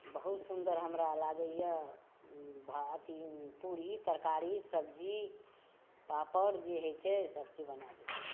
बहुत सुन्दर हमरा लागैए अथी पूड़ी तरकारी सब्जी पापड़ जे होइ छै सब चीज बनाइए लै छी